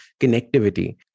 connectivity